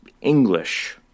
English